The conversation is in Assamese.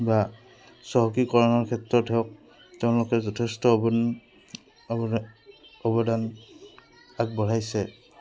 বা চহকীকৰণৰ ক্ষেত্ৰত হওক তেওঁলোকে যথেষ্ট অৱন অৱদা অৱদান আগবঢ়াইছে